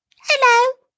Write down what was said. Hello